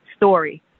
story